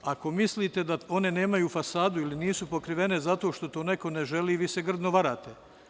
Ako mislite da one nemaju fasadu ili nisu pokrivene zato što to neko ne želi, grdno se varate.